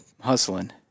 hustling